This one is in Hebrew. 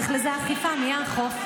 מי יאכוף?